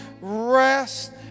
rest